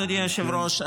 אדוני היושב-ראש,